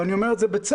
ואני אומר את זה בצער,